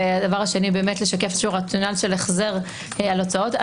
והדבר השני לשקף רציונל של החזר על הוצאות.